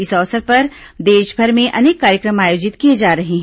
इस अवसर पर देशभर में अनेक कार्यक्रम आयोजित किए जा रहे हैं